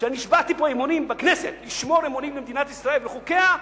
כשנשבעתי פה בכנסת לשמור אמונים למדינת ישראל ולחוקיה,